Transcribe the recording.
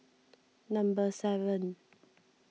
number seven